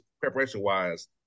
preparation-wise